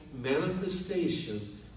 Manifestation